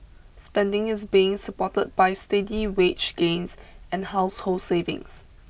spending is being supported by steady wage gains and household savings